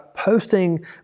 Posting